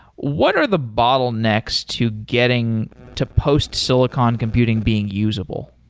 what are the bottlenecks to getting to post silicon computing being usable?